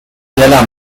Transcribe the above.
دلم